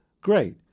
great